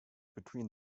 between